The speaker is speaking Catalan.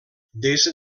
des